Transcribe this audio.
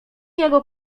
jego